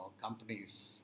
companies